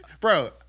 bro